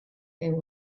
there